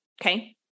Okay